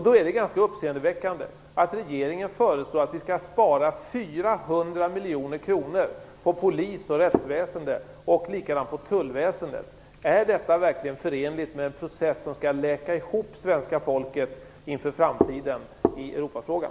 Det är då ganska uppseendeväckande att regeringen föreslår att vi skall spara 400 miljoner kronor på polisväsende, rättsväsende och tullväsende. Är detta verkligen förenligt med en process som skall läka ihop svenska folket inför framtiden i Europafrågan?